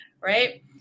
right